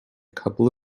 couple